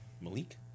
Malik